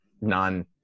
non